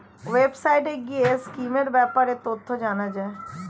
ওয়েবসাইটে গিয়ে স্কিমের ব্যাপারে তথ্য জানা যায়